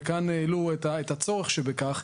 וכאן העלו את הצורך שבכך.